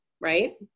right